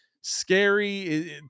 scary